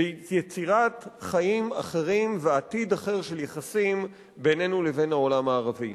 ויצירת חיים אחרים ועתיד אחר של יחסים בינינו לבין העולם הערבי.